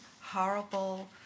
horrible